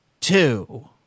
two